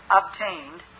obtained